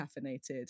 caffeinated